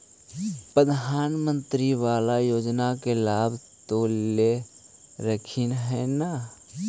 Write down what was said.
प्रधानमंत्री बाला योजना के लाभ तो ले रहल्खिन ह न?